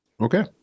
Okay